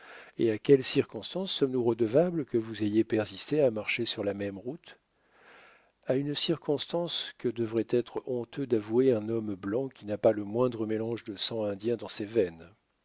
et à quelle circonstance sommes-nous redevables que vous ayez persisté à marcher sur la même route à une circonstance que devrait être honteux d'avouer un homme blanc qui n'a pas le moindre mélange de sang indien dans ses veines